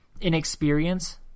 inexperience